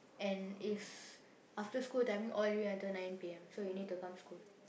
and it's after school timing all the way until nine P_M so you need to come school